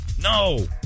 No